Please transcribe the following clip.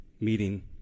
meeting